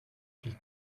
ch’il